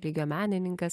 lygio menininkas